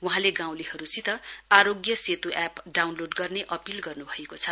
वहाँले गाउँलेहरूसित Aarogya Setu app download गर्ने अपील गर्नुभएको छ